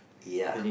ya